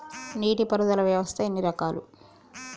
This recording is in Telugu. నీటి పారుదల వ్యవస్థ ఎన్ని రకాలు?